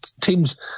teams